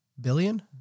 billion